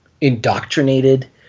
indoctrinated